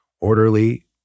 orderly